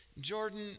Jordan